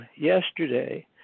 yesterday